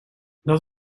dat